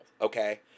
okay